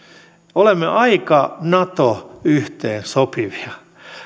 olemme aika nato yhteensopivia